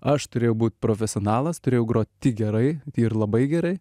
aš turėjau būt profesionalas turėjau grot tik gerai ir labai gerai